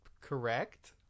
Correct